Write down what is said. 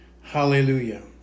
Hallelujah